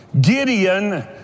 Gideon